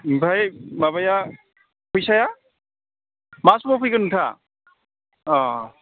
ओमफ्राय माबाया फैसाया मा समाव फैगोन नोंथाङा अ